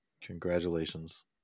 congratulations